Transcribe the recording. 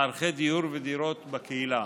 מערכי דיור ודירות בקהילה.